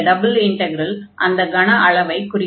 இந்த double integral அந்த கன அளவைக் குறிக்கும்